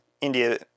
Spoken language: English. India